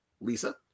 Lisa